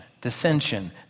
dissension